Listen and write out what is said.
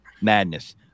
Madness